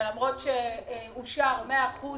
שלמרות שאושרו 100%